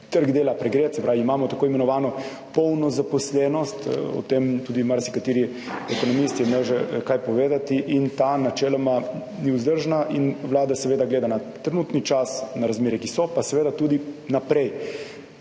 trg dela pregret. Se pravi, imamo tako imenovano polno zaposlenost. O tem tudi marsikateri ekonomist je imel že kaj povedati. In ta načeloma ni vzdržna in Vlada seveda gleda na trenutni čas, na razmere, ki so, pa seveda tudi naprej